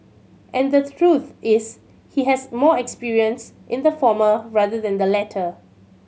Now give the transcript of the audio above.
and the truth is he has more experience in the former rather than the latter